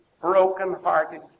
broken-hearted